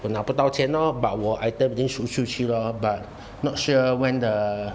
我拿不到钱咯我 item 就 shoot 出去咯 but not sure when the